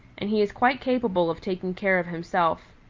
and he is quite capable of taking care of himself.